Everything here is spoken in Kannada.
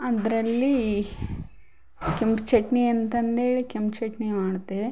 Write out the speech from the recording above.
ಅದರಲ್ಲಿ ಕೆಂಪು ಚಟ್ನಿ ಅಂತಂದು ಹೇಳಿ ಕೆಂಪು ಚಟ್ನಿ ಮಾಡ್ತೇವೆ